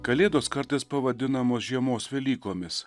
kalėdos kartais pavadinamos žiemos velykomis